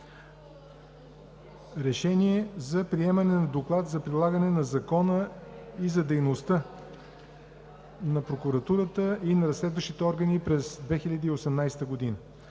РЕШЕНИЕ за приемане на Доклад за прилагането на закона и за дейността на Прокуратурата и на разследващите органи през 2018 г.